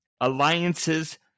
alliances